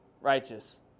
righteous